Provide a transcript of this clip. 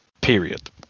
period